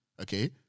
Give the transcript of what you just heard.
okay